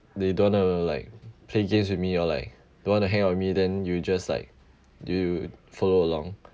they don't wanna like play games with me or like don't wanna hang out with me then you just like you follow along